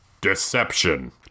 Deception